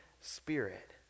spirit